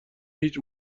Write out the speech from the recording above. هیچ